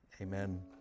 Amen